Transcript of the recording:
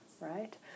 right